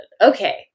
Okay